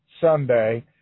Sunday